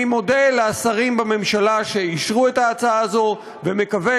אני מודה לשרים בממשלה שאישרו את ההצעה הזאת ומקווה